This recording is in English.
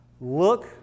look